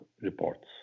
reports